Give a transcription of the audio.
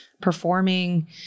performing